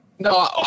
No